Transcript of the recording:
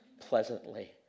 pleasantly